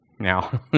Now